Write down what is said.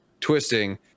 twisting